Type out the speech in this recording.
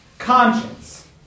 conscience